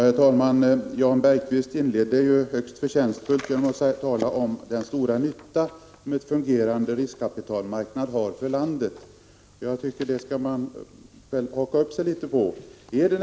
Herr talman! Jan Bergqvist inledde högst förtjänstfullt genom att tala om den stora nytta som en fungerande riskkapitalmarknad har för landet. Jag tycker att man skall ta fasta på det.